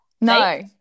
No